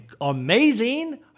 amazing